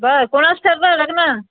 बरं कोणाचं ठरलं लग्न